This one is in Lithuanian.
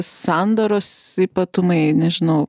sandaros ypatumai nežinau